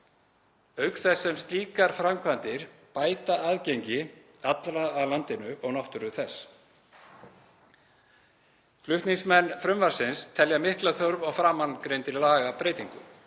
auk þess sem slíkar framkvæmdir bæta aðgengi allra að landinu og náttúru þess. Flutningsmenn frumvarpsins telja mikla þörf á framangreindri lagabreytingu,